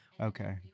Okay